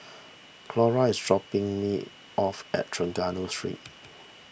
Coral is dropping me off at Trengganu Street